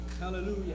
Hallelujah